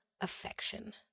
affection